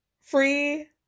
Free